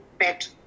pet